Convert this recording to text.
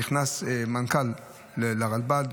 נכנסת מנכ"ל לרלב"ד,